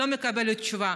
לא מקבלת תשובה.